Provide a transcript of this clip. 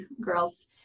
girls